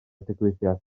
digwyddiad